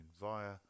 via